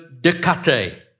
decate